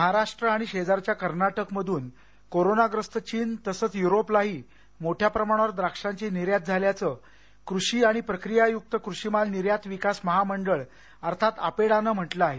महाराष्ट्र आणि शेजारच्या कर्नाटकमधून कोरोनाग्रस्त चीन तसंच यूरोपलाही मोठ्या प्रमाणावर द्राक्षांची निर्यात झाल्याचं कृषी आणि प्रक्रियायुक्त कृषिमाल निर्यात विकास महामंडळ अर्थात अपेडा ने म्हटलं आहे